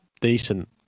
decent